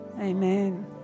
Amen